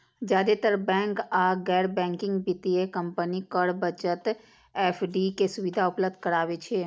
जादेतर बैंक आ गैर बैंकिंग वित्तीय कंपनी कर बचत एफ.डी के सुविधा उपलब्ध कराबै छै